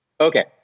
Okay